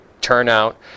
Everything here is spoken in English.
turnout